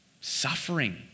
Suffering